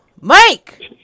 Mike